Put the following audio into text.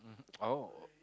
mmhmm oh